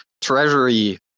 treasury